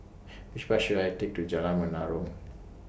Which Bus should I Take to Jalan Menarong